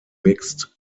mixed